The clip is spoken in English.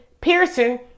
pearson